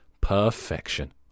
Perfection